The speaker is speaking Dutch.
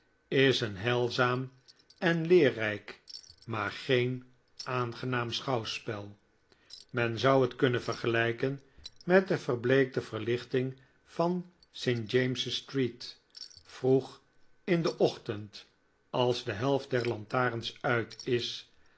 is een heilzaam en leerrijk maar geen aangenaam schouwspel men zou het kunnen vergelijken met de verbleekte verlichting van st james's street vroeg in den ochtend als de helft der lantaarns uit is